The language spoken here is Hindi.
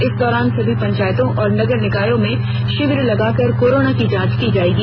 इस दौरान सभी पंचायतों और नगर निकायों में शिविर लगाकर कोरोना की जांच की जाएगी